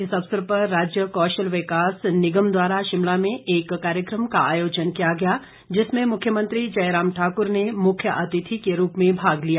इस अवसर पर राज्य कौशल विकास निगम द्वारा शिमला में एक कार्यक्रम का आयोजन किया गया जिसमें मुख्यमंत्री जयराम ठाक्र ने मुख्यातिथि के रूप में भाग लिया